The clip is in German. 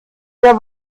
der